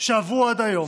שעברו עד היום.